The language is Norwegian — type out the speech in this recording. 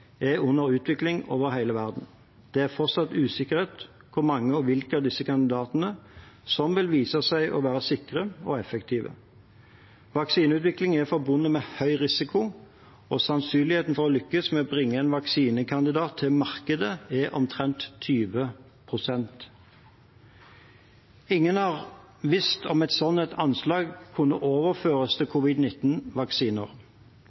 er under utvikling over hele verden. Det er fortsatt usikkerhet rundt hvor mange og hvilke av disse kandidatene som vil vise seg å være sikre og effektive. Vaksineutvikling er forbundet med høy risiko, og sannsynligheten for å lykkes med å bringe en vaksinekandidat til markedet er omtrent 20 pst. Ingen har visst om et slikt anslag kunne overføres til